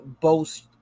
boast